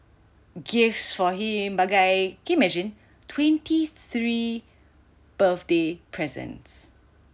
gifts for him bagai can you imagine twenty three birthday presents